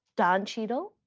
don cheadle,